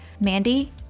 Mandy